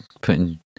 putting